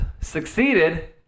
succeeded